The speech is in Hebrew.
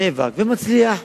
ומצליח.